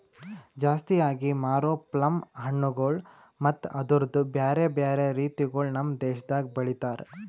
ಜಾಸ್ತಿ ಆಗಿ ಮಾರೋ ಪ್ಲಮ್ ಹಣ್ಣುಗೊಳ್ ಮತ್ತ ಅದುರ್ದು ಬ್ಯಾರೆ ಬ್ಯಾರೆ ರೀತಿಗೊಳ್ ನಮ್ ದೇಶದಾಗ್ ಬೆಳಿತಾರ್